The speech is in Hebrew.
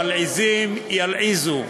המלעיזים ילעיזו